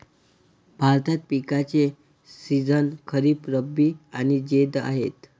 भारतात पिकांचे सीझन खरीप, रब्बी आणि जैद आहेत